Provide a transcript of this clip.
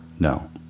no